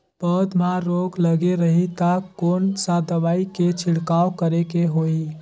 पौध मां रोग लगे रही ता कोन सा दवाई के छिड़काव करेके होही?